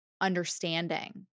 understanding